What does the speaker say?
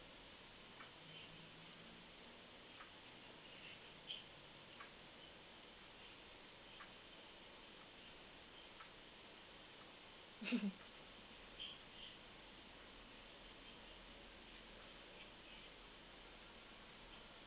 mm